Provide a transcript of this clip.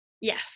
Yes